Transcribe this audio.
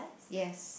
yes